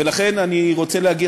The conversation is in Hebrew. ולכן אני רוצה להגיד,